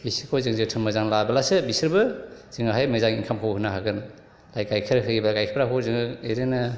बिसोरखौ जों जोथोन मोजां लाब्लासो बिसोरबो जोंनोहाय मोजां इनकामखौ होना होगोन दा गाइखेर होयोबा गाइखेरखौ जों एरैनो